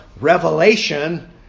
Revelation